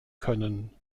können